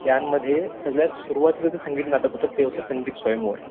त्यांमध्ये सगळ्यांत सुरवातीचं जे संगीत नाटक होतं ते होतं संगीत स्वयंवर